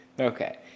Okay